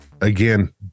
again